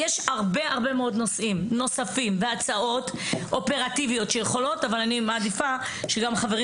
יש הרבה מאוד נושאים נוספים והצעות אופרטיביות אבל אני מעדיפה שחברים